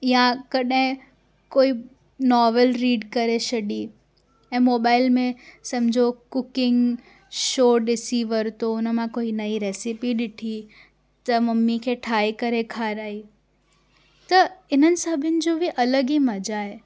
या कॾहिं कोई नॉवल रीड करे छॾी ऐं मोबाइल में सम्झो कुकिंग शो ॾिसी वरितो उन मां कोई नई रेसिपी ॾिठी त मम्मी खे ठाहे करे खाराई त इन्हनि सभिनि जो बि अलॻि ई मज़ा आहे